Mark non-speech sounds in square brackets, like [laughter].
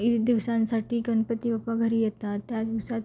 [unintelligible] दिवसांसाठी गणपती बाप्पा घरी येतात त्या दिवसात